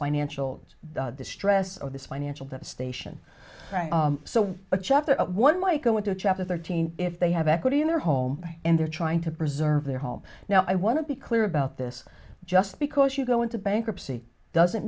financial distress of this financial devastation so a chapter of one might go into chapter thirteen if they have equity in their home and they're trying to preserve their home now i want to be clear about this just because you go into bankruptcy doesn't